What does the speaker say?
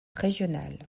régionale